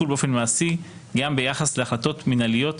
באופן מעשי גם ביחס להחלטות מינהליות